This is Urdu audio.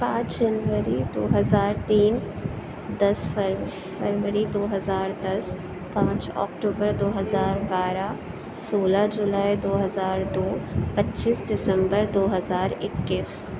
پانچ جنوری دو ہزار تین دس فر فروری دو ہزار دس پانچ اکٹوبر دو ہزار بارہ سولہ جولائی دو ہزار دو پچیس دسمبر دو ہزار اکیس